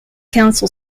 council